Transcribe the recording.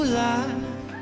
life